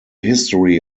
history